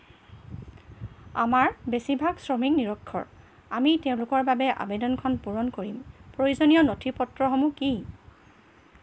আমাৰ বেছিভাগ শ্ৰমিক নিৰক্ষৰ আমি তেওঁলোকৰ বাবে আৱেদনখন পূৰণ কৰিম প্ৰয়োজনীয় নথিপত্ৰসমূহ কি